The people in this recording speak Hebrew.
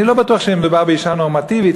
אני לא בטוח שמדובר באישה נורמטיבית,